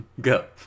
Go